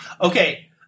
Okay